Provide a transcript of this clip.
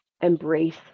embrace